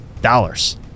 dollars